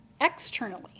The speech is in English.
externally